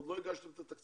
עוד לא הגשתם את התקציב,